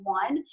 one